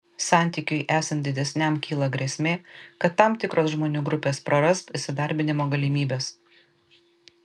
santykiui esant didesniam kyla grėsmė kad tam tikros žmonių grupės praras įsidarbinimo galimybes